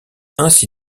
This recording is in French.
ainsi